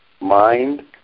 mind